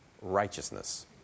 Righteousness